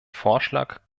vorschlag